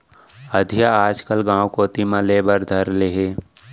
अधिया आजकल गॉंव कोती म लेय बर धर ले हें